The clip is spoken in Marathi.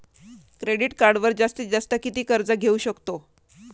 क्रेडिट कार्डवर जास्तीत जास्त किती कर्ज घेऊ शकतो?